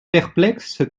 perplexes